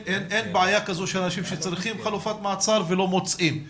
אין בעיה כזו שאנשים שצריכים חלופת מעצר ולא מוצאים.